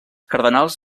cardenals